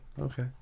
okay